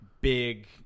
big